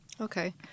Okay